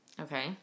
okay